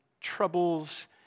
troubles